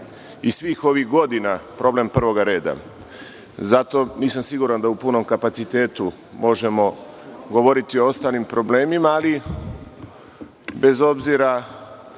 i svih ovih godina problem prvog reda. Zato nisam siguran da u punom kapacitetu možemo govoriti o ostalim problemima, ali bez obzira